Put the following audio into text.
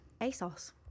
ASOS